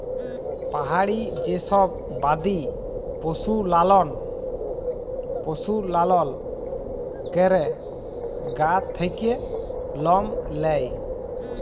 পাহাড়ি যে সব বাদি পশু লালল ক্যরে গা থাক্যে লম লেয়